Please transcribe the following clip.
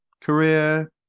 career